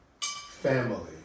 family